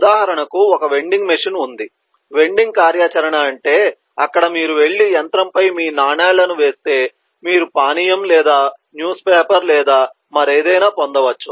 ఉదాహరణకు ఒక vending machine ఉంది వెండింగ్ కార్యాచరణ అంటే అక్కడ మీరు వెళ్లి యంత్రం ఫై మీ నాణేలను వేస్తే మీరు పానీయం లేదా న్యూస్ పేపర్ లేదా మరేదయినా పొందవచ్చు